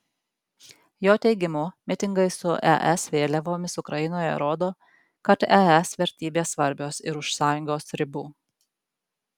jo teigimu mitingai su es vėliavomis ukrainoje rodo kad es vertybės svarbios ir už sąjungos ribų